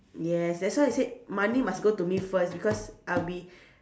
yes that's why I said money must go to me first because I'll be